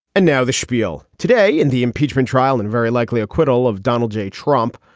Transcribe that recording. and now the schpiel today in the impeachment trial and very likely acquittal of donald j trump.